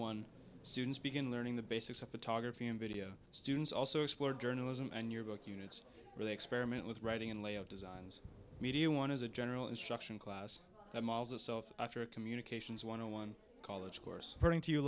one students begin learning the basics of photography and video students also explore journalism and your book units really experiment with writing and leo designs media one is a general instruction class that models of self after a communications one on one college course putting to you